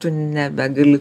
tu nebegali